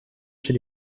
chez